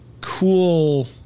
cool –